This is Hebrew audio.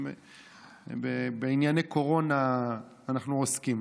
אם בענייני קורונה אנחנו עוסקים.